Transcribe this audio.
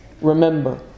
Remember